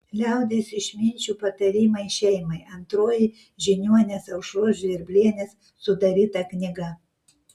liaudies išminčių patarimai šeimai antroji žiniuonės aušros žvirblienės sudaryta knyga